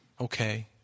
Okay